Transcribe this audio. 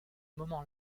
moment